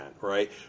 right